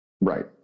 Right